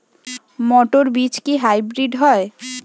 মটর বীজ কি হাইব্রিড হয়?